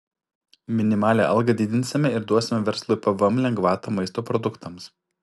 minimalią algą didinsime ir duosime verslui pvm lengvatą maisto produktams